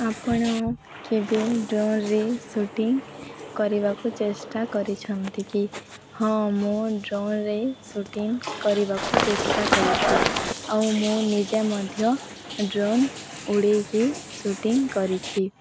ଆପଣ କେବେ ଡ୍ରୋନ୍ରେ ସୁଟିଙ୍ଗ କରିବାକୁ ଚେଷ୍ଟା କରିଛନ୍ତି କି ହଁ ମୁଁ ଡ୍ରୋନ୍ରେ ସୁଟିଙ୍ଗ କରିବାକୁ ଚେଷ୍ଟା କରିଛି ଆଉ ମୁଁ ନିଜେ ମଧ୍ୟ ଡ୍ରୋନ୍ ଉଡ଼ାଇକି ସୁଟିଙ୍ଗ କରିଛି